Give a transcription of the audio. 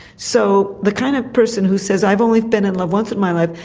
so the kind of person who says i've only been in love once in my life,